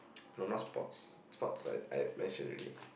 no not sports sports I I mention already